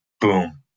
boom